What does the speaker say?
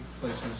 places